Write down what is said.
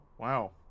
Wow